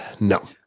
No